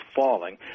falling